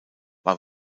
war